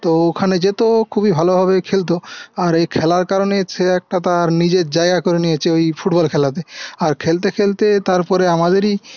তো ওখানে যেতো খুবই ভালোভাবে খেলতো আর এই খেলার কারণে সে একটা তার নিজের জায়গা করে নিয়েছে ওই ফুটবল খেলাতে আর খেলতে খেলতে তারপরে আমাদেরই